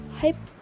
hype